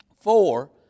four